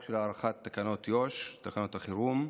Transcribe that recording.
של הארכת תקנות יו"ש, תקנות החירום.